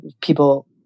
People